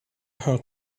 her